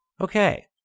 Okay